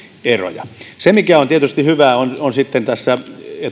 eroja se mikä on tietysti hyvää on on sitten tässä